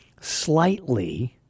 slightly